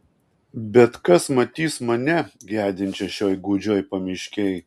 bet kas matys mane gedinčią šitoj gūdžioj pamiškėj